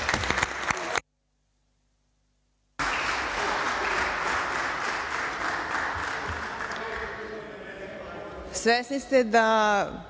Svesni ste da